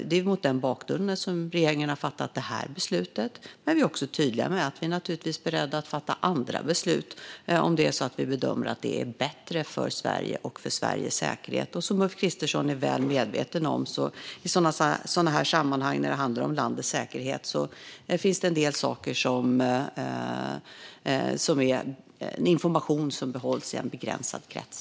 Det är mot den bakgrunden som regeringen har fattat det här beslutet, men vi är också tydliga med att vi naturligtvis är beredda att fatta andra beslut om vi bedömer att det är bättre för Sverige och för Sveriges säkerhet. Som Ulf Kristersson är väl medveten om finns det i sådana här sammanhang och när det handlar om landets säkerhet en del information som behålls inom en begränsad krets.